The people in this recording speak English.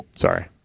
Sorry